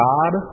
God